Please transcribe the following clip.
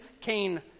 Cain